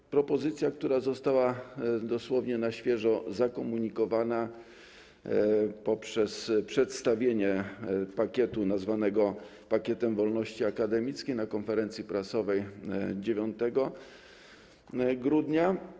To propozycja, która została dosłownie na świeżo zakomunikowana poprzez przedstawienie pakietu nazwanego pakietem wolności akademickiej na konferencji prasowej 9 grudnia.